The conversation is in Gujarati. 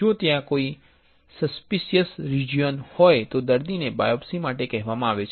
જો ત્યાં કોઈ સસ્પિસિઅસ રિજિઓન હોય તો દર્દીને બાયોપ્સી માટે કહેવામાં આવે છે